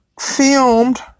filmed